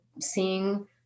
seeing